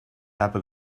habe